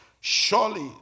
surely